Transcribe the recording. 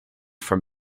from